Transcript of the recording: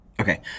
Okay